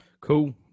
Cool